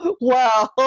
Wow